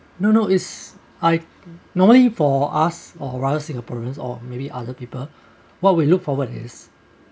no no is I normally for us or rather singaporeans or maybe other people what we look forward is